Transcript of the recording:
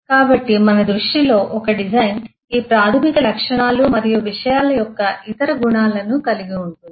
కాబట్టి మన దృష్టిలో ఒక డిజైన్ ఈ ప్రాథమిక లక్షణాలు మరియు విషయాల యొక్క ఇతర గుణాలను కలిగి ఉంటుంది